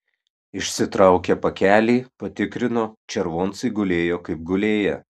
išsitraukė pakelį patikrino červoncai gulėjo kaip gulėję